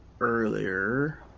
earlier